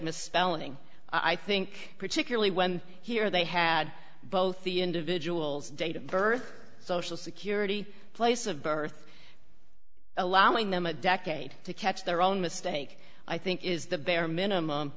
misspelling i think particularly when here they had both the individual's date of birth social security place of birth allowing them a decade to catch their own mistake i think is the bare minimum